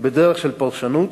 בדרך של פרשנות,